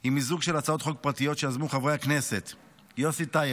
היא מיזוג של הצעות חוק פרטיות שיזמו חברי הכנסת יוסי טייב,